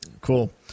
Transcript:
Cool